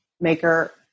maker